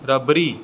rabri